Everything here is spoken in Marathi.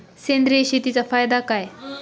सेंद्रिय शेतीचा फायदा काय?